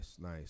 nice